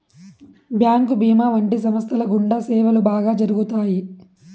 bank భీమా వంటి సంస్థల గుండా సేవలు బాగా జరుగుతాయి